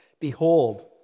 Behold